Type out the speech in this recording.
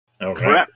Okay